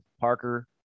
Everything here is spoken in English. Parker